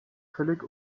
völlig